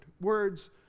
words